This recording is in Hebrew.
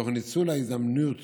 תוך ניצול ההזדמנויות